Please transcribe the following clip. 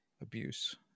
abuse